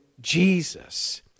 Jesus